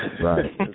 Right